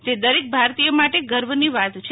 તે દરેક ભારતીય માટે ગર્વની વાત છે